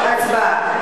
הצבעה.